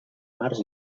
març